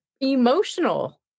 emotional